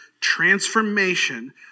transformation